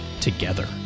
Together